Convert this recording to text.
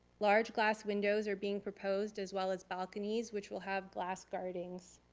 large glass windows are being proposed as well as balconies which will have glass guardings.